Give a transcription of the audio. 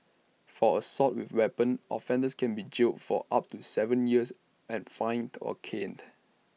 for assault with A weapon offenders can be jailed for up to Seven years and fined or caned